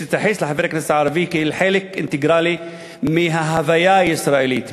יש להתייחס לחבר הכנסת הערבי כאל חלק אינטגרלי מההוויה הישראלית,